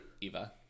Eva